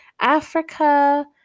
Africa